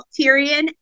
Tyrion